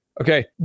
Okay